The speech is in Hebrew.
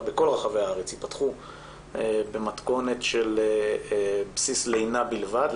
בכל רחבי הארץ ייפתחו במתכונת של בסיס לינה בלבד,